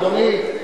אדוני,